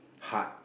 heart